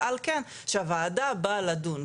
ועל כן כשהוועדה באה לדון,